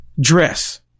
dress